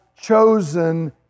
chosen